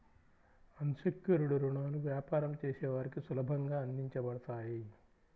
అన్ secured రుణాలు వ్యాపారం చేసే వారికి సులభంగా అందించబడతాయి